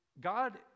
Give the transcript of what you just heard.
God